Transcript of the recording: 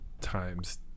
times